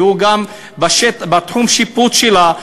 הוא גם בתחום השיפוט שלה.